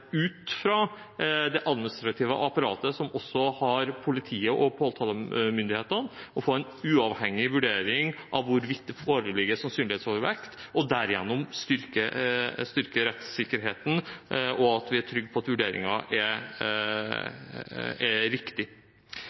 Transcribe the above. ut av det administrative apparatet, med både politi og påtalemyndighet, og få en uavhengig vurdering av hvorvidt det foreligger sannsynlighetsovervekt, og derigjennom styrke rettssikkerheten, og at vi er trygge på at vurderingen er riktig.